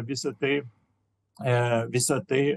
visa tai visa tai